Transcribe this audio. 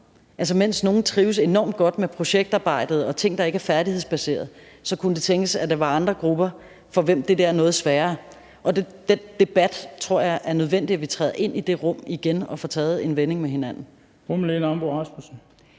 Mens nogle børn trives enormt godt med projektarbejde og ting, der ikke er færdighedsbaserede, kunne det tænkes, at der er andre grupper, for hvem det er noget sværere. Jeg tror, det er nødvendigt, at vi i den debat igen træder ind i det rum og vender det med hinanden.